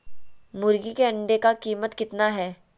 मुर्गी के अंडे का कीमत कितना है?